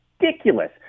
ridiculous